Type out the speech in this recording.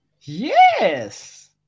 Yes